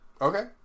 Okay